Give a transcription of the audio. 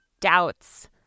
doubts